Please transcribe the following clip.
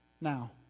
Now